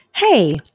Hey